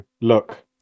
look